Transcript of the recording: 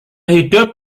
hidup